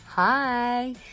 Hi